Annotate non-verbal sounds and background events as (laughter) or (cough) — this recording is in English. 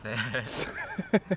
sad (laughs)